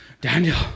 Daniel